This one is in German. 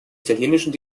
italienischen